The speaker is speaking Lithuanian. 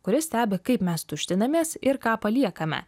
kuris stebi kaip mes tuštinamės ir ką paliekame